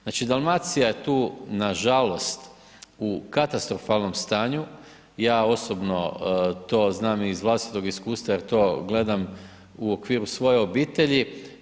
Znači, Dalmacija je tu, nažalost, u katastrofalnom stanju, ja osobno to znam i iz vlastitog iskustva jer to gledam u okviru svoje obitelji.